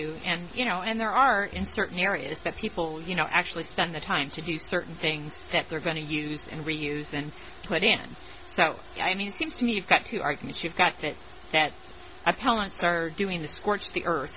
to and you know and there are in certain areas that people you know actually spend the time to do certain things that they're going to use and reuse and put in so i mean it seems to me you've got two arguments you've got to that's appellants are doing the scorched the earth